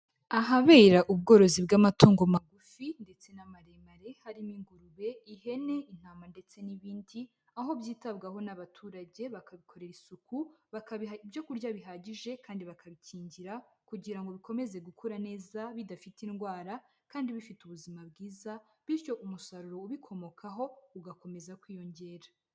Ahabera ubworozi bw'amatungo magufi ndetse na maremare, harimo ingurube, ihene, intama ndetse n'ibindi, aho byitabwaho n'abaturage bakabikorera isuku, bakabiha ibyo kurya bihagije kandi bakabikingira kugira ngo bikomeze gukura neza bidafite indwara kandi bifite ubuzima bwiza bityo umusaruro ubikomokaho ugakomeza kwiyongera.